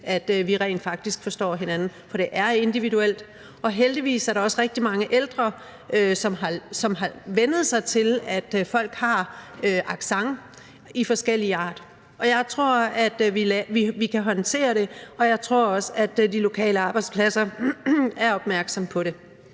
at vi rent faktisk forstår hinanden. For det er individuelt. Og heldigvis er der også rigtig mange ældre, som har vænnet sig til, at folk har accent af forskellig art. Jeg tror, at vi kan håndtere det, og jeg tror også, at de lokale arbejdspladser er opmærksomme på det.